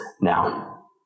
now